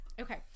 Okay